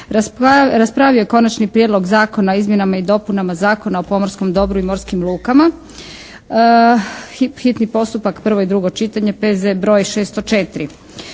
raspravio je Konačni prijedlog zakona o izmjenama i dopunama Zakona o pomorskom dobru i morskim lukama, hitni postupak, prvo i drugo čitanje, P.Z.E. br. 604.